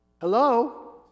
hello